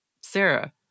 Sarah